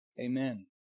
Amen